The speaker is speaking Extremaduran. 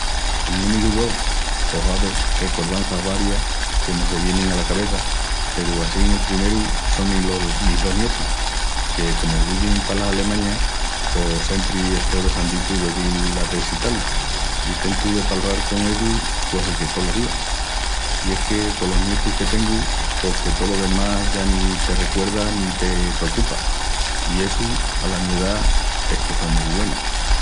El númiru dos... pos ave, recordanças varias que se me vienin ala cabeça peru assín el primeru sonin los mis dos nietus, que, comu vivin palas Alemañas, pos siempri estó deseanditu de dil a vesitá-lus i tentu de palral con ellus quasi que tolos días. I es que colos nietus que tengu pos que tolo demás ya ni te recuerdas ni te precupa, i essu, ala mi edá, es cosa mu güena.